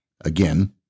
Again